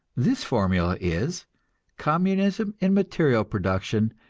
this formula is communism in material production,